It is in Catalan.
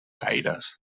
gaires